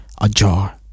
ajar